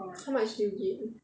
how much did you gain